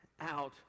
out